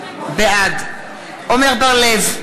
בעד עמר בר-לב,